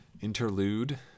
interlude